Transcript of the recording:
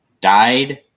died